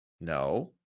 no